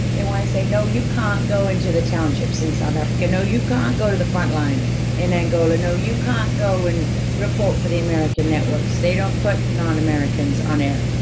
they want to say, no, you can't go into the townships in south africa. no, you can't go to the frontline in angola. no, you can't go and report for the american networks, they don't put non-americans on air.